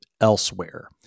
elsewhere